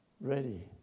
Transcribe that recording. ready